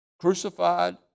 crucified